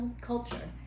culture